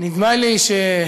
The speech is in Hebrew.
נדמה לי,